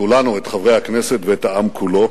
את כולנו, את חברי הכנסת ואת העם כולו,